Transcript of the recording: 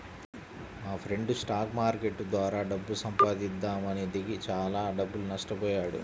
మాఫ్రెండు stock market ద్వారా డబ్బు సంపాదిద్దామని దిగి చానా డబ్బులు నట్టబొయ్యాడు